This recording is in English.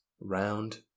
round